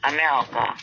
America